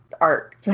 art